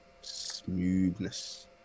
Smoothness